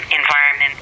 environment